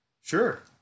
Sure